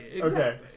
Okay